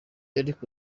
ariko